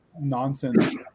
nonsense